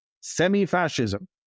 semi-fascism